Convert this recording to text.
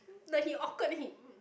like he awkward then he